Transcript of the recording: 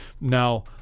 Now